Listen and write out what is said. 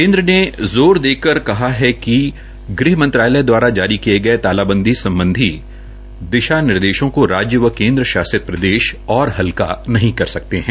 केन्द्र ने ज़ोर देकर कहा है कि ग़हमंत्रालय दवारा जारी किये गये तालाबंदी सम्बधी दिशानिर्देशों को राज्यों व केन्द्र शासित प्रदेश और भी हल्का नहीं कर सकते है